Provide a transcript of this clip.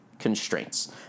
constraints